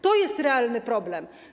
To jest realny problem.